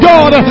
God